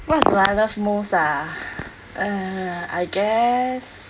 what do I love most ah uh I guess